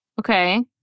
Okay